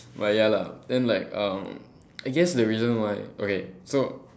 but ya lah then like um I guess the reason why okay so